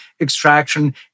extraction